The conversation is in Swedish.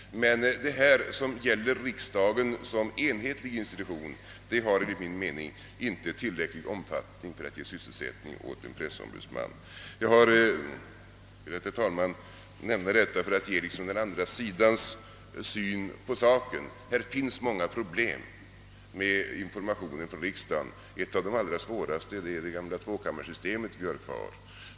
Jag har, herr talman, velat nämna detta för att ge den andra sidans syn på saken. Det finns många problem med informationen från riksdagen. Ett av de allra svåraste är det gamla tvåkammarsystemet, som vi har kvar.